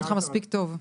המשותפת.